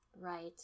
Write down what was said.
right